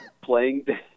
playing